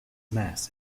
mass